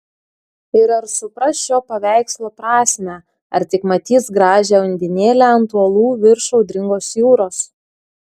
ir ar supras šio paveikslo prasmę ar tik matys gražią undinėlę ant uolų virš audringos jūros